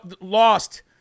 lost